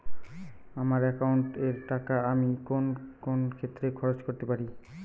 আমার একাউন্ট এর টাকা আমি কোন কোন ক্ষেত্রে খরচ করতে পারি?